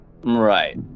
right